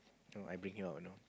know I bring him out you know